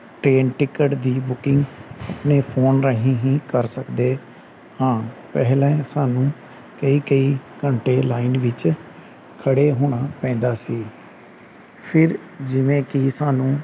train ticket ਦੀ booking ਆਪਣੇ phone ਰਾਹੀਂ ਹੀ ਕਰ ਸਕਦੇ ਹਾਂ ਪਹਿਲਾਂ ਸਾਨੂੰ ਕਈ ਕਈ ਘੰਟੇ ਲਾਈਨ ਵਿੱਚ ਖੜ੍ਹੇ ਹੋਣਾ ਪੈਂਦਾ ਸੀ ਫਿਰ ਜਿਵੇਂ ਕਿ ਸਾਨੂੰ